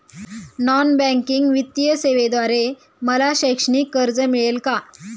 Non banking वित्तीय सेवेद्वारे मला शैक्षणिक कर्ज मिळेल का?